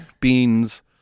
beans